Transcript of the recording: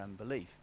unbelief